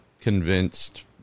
convinced